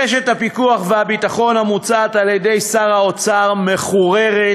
רשת הפיקוח והביטחון המוצעת על-ידי שר האוצר מחוררת,